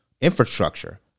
infrastructure